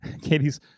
Katie's